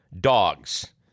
dogs